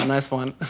um nice one.